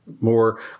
more